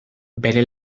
bere